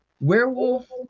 werewolf